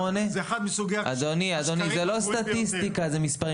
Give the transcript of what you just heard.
אדוני זה לא סטטיסטיקה אלו נתונים.